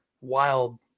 Wild